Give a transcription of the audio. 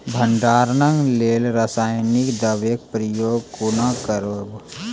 भंडारणक लेल रासायनिक दवेक प्रयोग कुना करव?